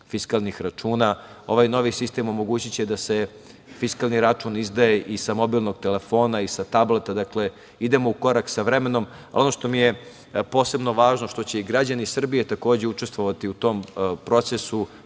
fiskalnih računa, ovaj novi sistem omogući će da se fiskalni račun izdaje i sa mobilnog telefona i sa tableta. Dakle, idemo u korak sa vremenom. Ono što mi je posebno važno je što će i građani Srbije takođe učestvovati u tom procesu